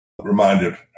reminded